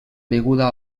beguda